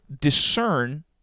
discern